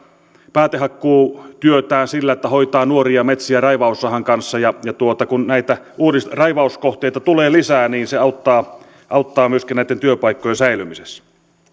päätehakkuutyötään sillä että hoitaa nuoria metsiä raivaussahan kanssa ja kun näitä uudisraivauskohteita tulee lisää niin se auttaa auttaa myöskin näitten työpaikkojen säilymisessä